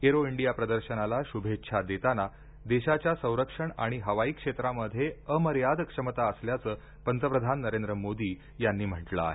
arrow India प्रदर्शनाला शुभेच्छा देताना देशाच्या संरक्षण आणि हवाई क्षेत्रामध्ये अमर्याद क्षमता असल्याचं पंतप्रधान नरेंद्र मोदी यांनी म्हटलं आहे